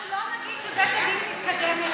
אנחנו לא נגיד שבית-הדין מתקדם,